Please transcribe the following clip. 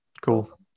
Cool